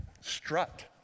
strut